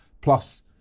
Plus